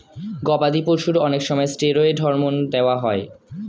গবাদি পশুর অনেক সময় স্টেরয়েড হরমোন দেওয়া হয়